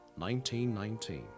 1919